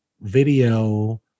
video